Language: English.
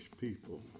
people